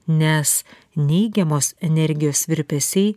nes neigiamos energijos virpesiai